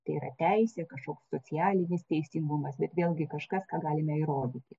tai yra teisė kažkoks socialinis teisingumas vat vėlgi kažkas ką galime įrodyti